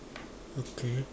okay